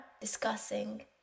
discussing